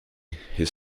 his